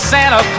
Santa